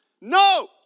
No